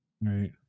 Right